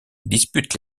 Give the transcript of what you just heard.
dispute